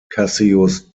cassius